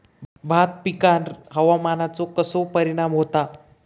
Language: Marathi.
भात पिकांर हवामानाचो कसो परिणाम होता?